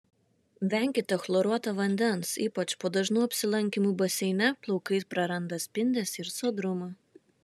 venkite chloruoto vandens ypač po dažnų apsilankymų baseine plaukai praranda spindesį ir sodrumą